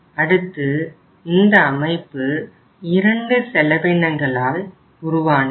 அடுத்து இந்த அமைப்பு இரண்டு செலவினங்களால் உருவானது